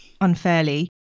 unfairly